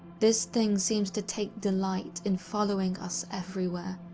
this thing seems to take delight in following us everywhere,